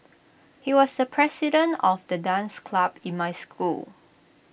he was the president of the dance club in my school